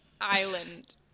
island